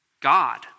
God